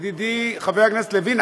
ידידי חבר הכנסת לוין,